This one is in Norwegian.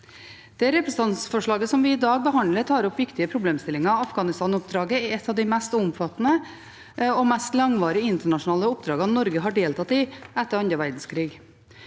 Det representantforslaget som vi i dag behandler, tar opp viktige problemstillinger. Afghanistan-oppdraget er et av de mest omfattende og mest langvarige internasjonale oppdragene Norge har deltatt i etter andre verdenskrig.